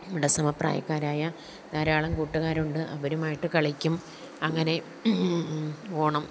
അവിടെ സമപ്രായക്കാരായ ധാരാളം കൂട്ടുകാരുണ്ട് അവരുമായിട്ട് കളിക്കും അങ്ങനെ ഓണം